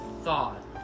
thought